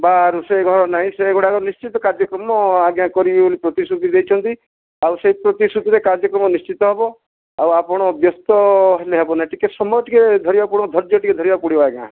ବା ରୋଷେଇ ଘର ନାହିଁ ସେ ଗୁଡ଼ାକ ନିଶ୍ଚିତ କାର୍ଯ୍ୟକ୍ରମ ଆଜ୍ଞା କରିବେ ବୋଲି ପ୍ରତିଶୃତି ଦେଇଛନ୍ତି ଆଉ ସେଇ ପ୍ରତିଶୃତି ରେ କାର୍ଯ୍ୟକ୍ରମ ନିଶ୍ଚିତ ହେବ ଆଉ ଆପଣ ବ୍ୟସ୍ତ ହେଲେ ହେବନାହିଁ ଟିକିଏ ସମୟ ଟିକିଏ ଧରିବାକୁ ପଡ଼ିବ ଧର୍ଯ୍ୟ ଟିକିଏ ଧରିବାକୁ ପଡ଼ିବ ଆଜ୍ଞା